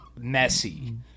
messy